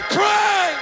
pray